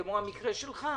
כמו במקרה שלך,